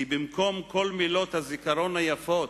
כי במקום כל מילות הזיכרון היפות,